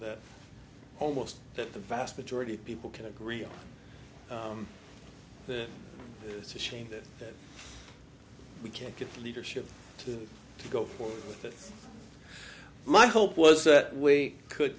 that almost that the vast majority of people can agree on that it's a shame that we can't give leadership to go forward with my hope was that we could